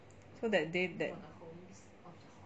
so that day that